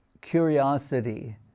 curiosity